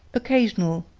occasional,